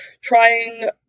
trying